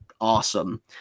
awesome